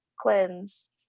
cleanse